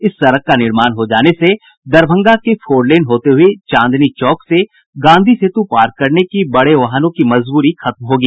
इस सड़क का निर्माण हो जाने से दरभंगा से फोर लेन होते हुए चांदनी चौक से गांधी सेतु पार करने की बड़े वाहनों का मजबूरी खत्म होगी